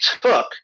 took